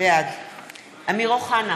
בעד אמיר אוחנה,